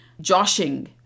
joshing